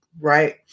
right